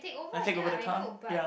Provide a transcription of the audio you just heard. I take over the car ya